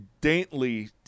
Daintily